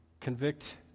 convict